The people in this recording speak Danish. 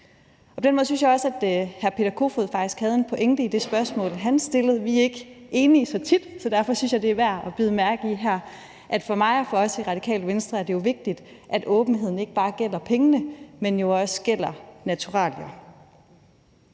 På den måde synes jeg også, at hr. Peter Kofod faktisk havde en pointe i det spørgsmål, han stillede. Vi er ikke enige så tit, så derfor synes jeg, det er værd at bide mærke i her, nemlig at for mig og for os i Radikale Venstre er det jo vigtigt, at åbenheden ikke bare gælder pengene, men jo også gælder naturalier.